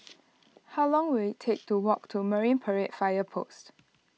how long will it take to walk to Marine Parade Fire Post